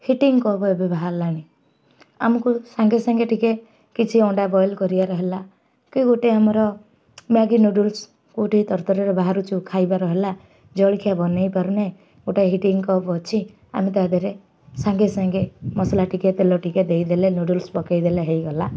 hitting cup ଏବେ ବାହାରିଲାଣି ଆମକୁ ସାଙ୍ଗେ ସାଙ୍ଗେ ଟିକେ କିଛି ଅଣ୍ଡା ବଏଲ୍ କରିବାର ହେଲା କି ଗୋଟେ ଆମର ମ୍ୟାଗି ନୁଡ଼ଲ୍ସ କେଉଁଠି ତରତରରେ ବାହାରୁଛୁ ଖାଇବାର ହେଲା ଜଳଖିଆ ବନେଇ ପାରୁନାହିଁ ଗୋଟେ ହିଟିଂ କପ୍ ଅଛି ଆମେ ତା ଦେହରେ ସାଙ୍ଗେ ସାଙ୍ଗେ ମସଲା ଟିକେ ତେଲ ଟିକେ ଦେଇଦେଲେ ନୁଡ଼ଲ୍ସ ପକେଇଦେଲେ ହେଇଗଲା